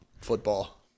Football